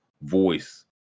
voice